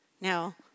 Now